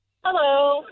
hello